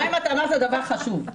חיים, אתה אמרת דבר חשוב.